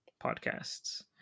podcasts